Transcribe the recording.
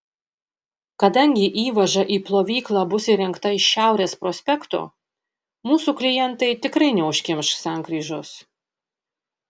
kadangi įvaža į plovyklą bus įrengta iš šiaurės prospekto mūsų klientai tikrai neužkimš sankryžos